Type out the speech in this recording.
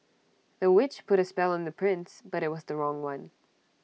the witch put A spell on the prince but IT was the wrong one